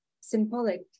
symbolic